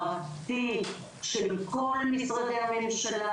מערכתי של כל משרדי הממשלה.